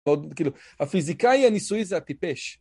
כאילו, הפיזיקאי הניסויי זה הטיפש.